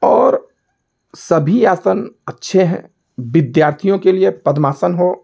और सभी आसन अच्छे हैं विद्यार्थियों के लिए पद्मासन हो